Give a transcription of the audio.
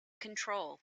control